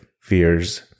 fears